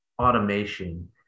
automation